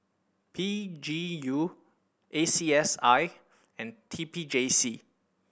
P G U A C S I and T P J C